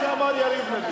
על מה שאמר יריב לוין.